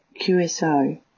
QSO